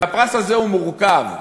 והפרס הזה הוא מורכב,